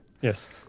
Yes